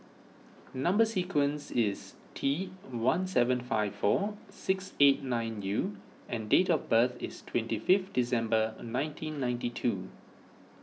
Number Sequence is T one seven five four six eight nine U and date of birth is twenty fifth December nineteen ninety two